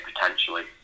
potentially